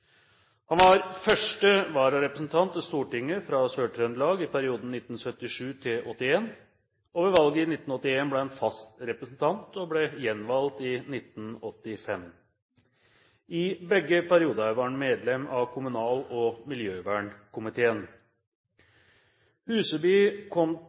Han var 1. vararepresentant til Stortinget fra Sør-Trøndelag i perioden 1977–1981. Ved valget i 1981 ble han fast representant og ble gjenvalgt i 1985. I begge perioder var han medlem av kommunal- og miljøvernkomiteen. Huseby kom